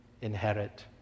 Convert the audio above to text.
inherit